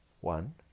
One